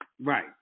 Right